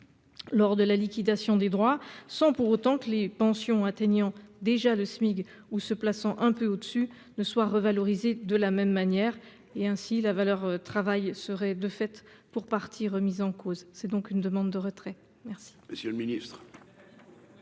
lors de la liquidation des droits sans pour autant que les pensions atteignant déjà le SMIG ou se plaçant un peu au-dessus, ne soient revalorisés de la même manière, et ainsi la valeur travail serait de fait pour partie remise en cause, c'est donc une demande de retrait. Merci